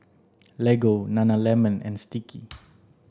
Lego Nana lemon and Sticky